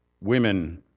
Women